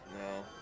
No